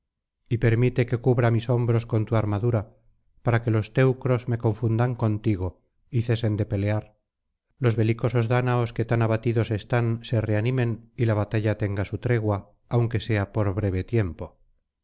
y permite que cubra mis hombros con tu armadura para que los teucros me confundan contigo y cesen de pelear los belicosos dáñaos que tan abatidos están se reanimen y la batalla tenga su tregua aunque sea por breve tiempo